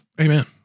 Amen